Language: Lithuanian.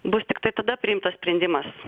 bus tiktai tada priimtas sprendimas